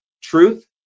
truth